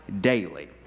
daily